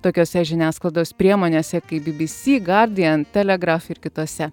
tokiose žiniasklaidos priemonėse kaip bbc gardian telegraf ir kitose